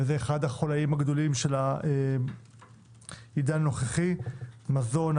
וזה אחד החוליים הגדולים של העידן הנוכחי מזון,